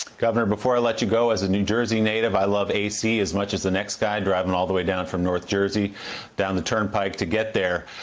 governor, before i let you go, as a new jersey native i love ac as much as the next guy driving all the way down from north jersey down the turnpike to get there.